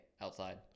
outside